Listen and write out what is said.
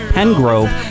Pengrove